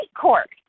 Court